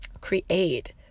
create